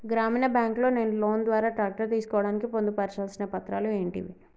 గ్రామీణ బ్యాంక్ లో నేను లోన్ ద్వారా ట్రాక్టర్ తీసుకోవడానికి పొందు పర్చాల్సిన పత్రాలు ఏంటివి?